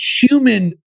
human